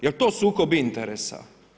Jel' to sukob interesa?